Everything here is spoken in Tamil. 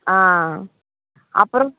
அப்புறம்